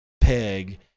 peg